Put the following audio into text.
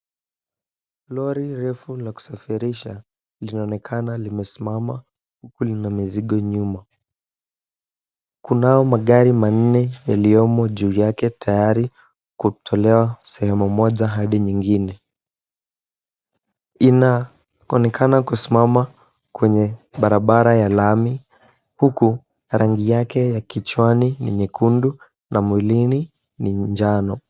Lori refu la kusafirisha linaonekana limesimama huku lina mizigo nyuma. Kunao magari manne yaliyomo juu yake tayari kutolewa sehemu moja hadi nyingine. Inaonekana kusimama kwenye barabara ya lami huku rangi yake ya kichwani ni nyekundu na mwilini ni manjano.